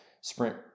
sprint